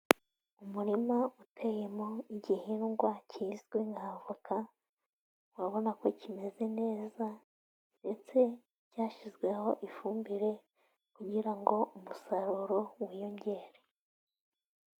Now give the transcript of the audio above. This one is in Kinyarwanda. Umurima uteyemo igihingwa kizwi nka voka, urabona ko kimeze neza ndetse cyashyizweho ifumbire kugira ngo umusaruro wiyongere.